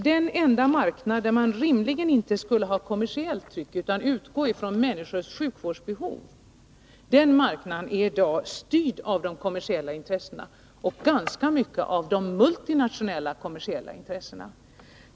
Den enda marknad där man inte borde ha något kommersiellt tryck utan där man borde utgå från människors sjukvårdsbehov är i dag styrd av de kommersiella intressena och ganska mycket av de multinationella kommersiella intressena.